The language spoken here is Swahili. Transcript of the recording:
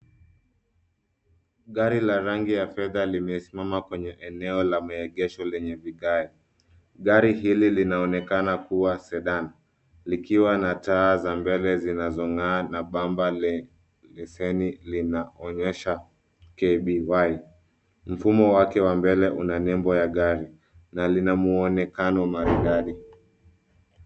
Gari ya rangi ya fedha limesimama kwenye eneo la maegesho lenye vigae. Gari hili linaonekana kuwa sedan, likiwa nataza mbele zinazong'aa na bamba leseni linaonyesha KBY.Mfumo wake wa mbele una nembo ya gari na lina muonekano maridadi.